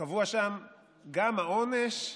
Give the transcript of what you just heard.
קבועים שם גם העונש,